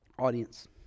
audience